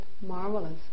marvelous